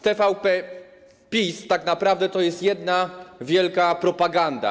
TVP PiS tak naprawdę to jest jedna wielka propaganda.